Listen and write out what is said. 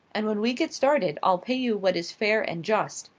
and when we get started i'll pay you what is fair and just,